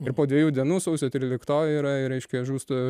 ir po dviejų dienų sausio tryliktoji yra ir reiškia žūsta